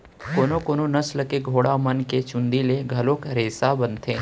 कोनो कोनो नसल के घोड़ा मन के चूंदी ले घलोक रेसा बनथे